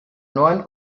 neuen